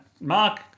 Mark